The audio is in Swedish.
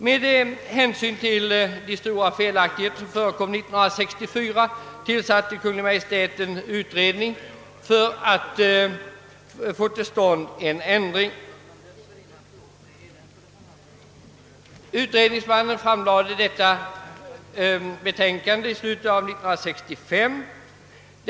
Med hänsyn till de många felaktigheter som förekom år 1964 tillsatte Kungl. Maj:t en utredning för att få till stånd en ändring. Utredningsmannen framlade sitt betänkande i slutet av 1965.